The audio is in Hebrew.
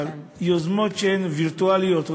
אבל יוזמות שהן וירטואליות,